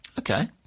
Okay